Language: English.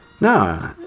no